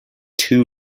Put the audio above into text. too